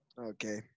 Okay